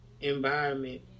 Environment